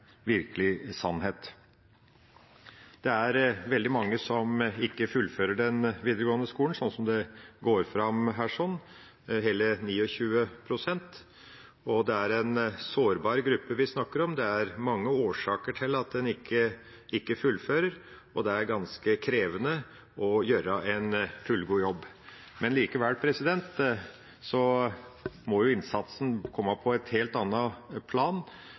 veldig mange som ikke fullfører den videregående skolen, slik det går fram her – hele 29 pst. Det er en sårbar gruppe vi snakker om. Det er mange årsaker til at en ikke fullfører, og det er ganske krevende å gjøre en fullgod jobb. Likevel må innsatsen komme på et helt annet plan.